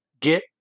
Get